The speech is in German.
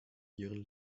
ihren